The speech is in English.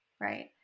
right